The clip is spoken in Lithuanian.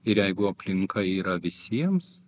ir jeigu aplinka yra visiems